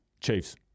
Chiefs